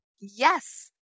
Yes